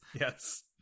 Yes